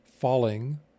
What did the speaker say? falling